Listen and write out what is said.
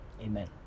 Amen